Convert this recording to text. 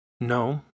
No